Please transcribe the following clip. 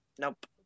Nope